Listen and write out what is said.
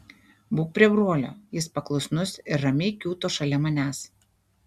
būk prie brolio jis paklusnus ir ramiai kiūto šalia manęs